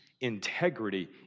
integrity